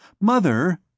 Mother